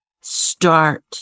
start